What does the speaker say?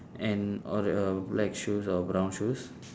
and or or black shoes or brown shoes